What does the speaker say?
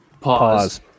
Pause